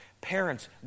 Parents